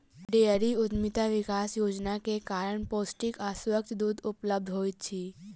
dairy उद्यमिता विकास योजना के कारण पौष्टिक आ स्वच्छ दूध उपलब्ध होइत अछि